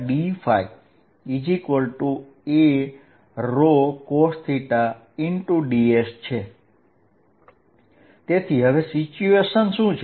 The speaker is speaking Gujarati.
ds તેથી હવે પરિસ્થિતિ શું છે